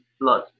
blood